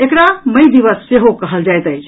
एकरा मई दिवस सेहो कहल जायत अछि